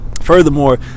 Furthermore